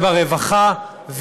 ברווחה,